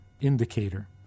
indicator